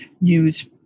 news